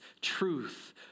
truth